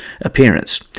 appearance